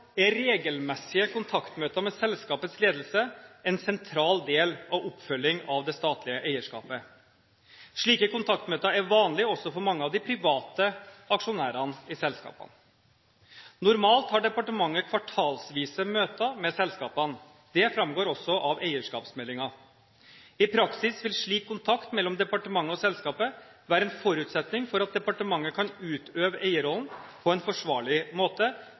er regelmessige kontaktmøter med selskapets ledelse en sentral del av oppfølgingen av det statlige eierskapet. Slike kontaktmøter er vanlig også for mange av de private aksjonærene i selskapene. Normalt har departementet kvartalsvise møter med selskapene. Det framgår også av eierskapsmeldingen. I praksis vil slik kontakt mellom departementet og selskapet være en forutsetning for at departementet kan utøve eierrollen på en forsvarlig måte,